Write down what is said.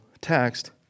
text